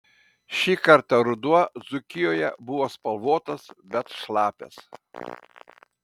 šį kartą ruduo dzūkijoje buvo spalvotas bet šlapias